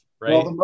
right